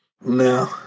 No